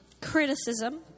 criticism